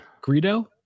Greedo